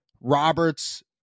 Roberts